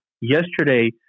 yesterday